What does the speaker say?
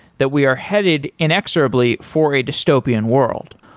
that we are headed inexorable for a dystopian world.